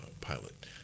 pilot